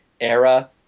era